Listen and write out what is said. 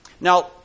Now